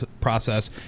process